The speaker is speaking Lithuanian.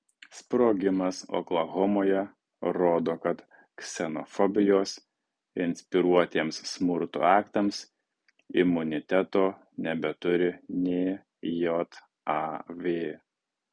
sprogimas oklahomoje rodo kad ksenofobijos inspiruotiems smurto aktams imuniteto nebeturi nė jav